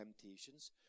temptations